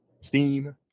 Steam